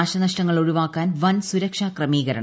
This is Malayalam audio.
നാശനഷ്ടങ്ങൾ ഒഴിവാക്കാൻ വൻ സുരക്ഷാ ക്രമീകരണങ്ങൾ